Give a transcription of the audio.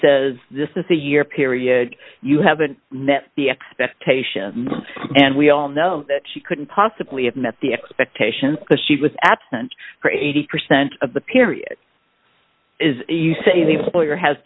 says this is the year period you haven't met the expectations and we all know that she couldn't possibly have met the expectations because she was absent for eighty percent of the period you say the lawyer has